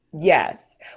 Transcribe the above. Yes